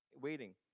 waiting